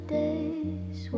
days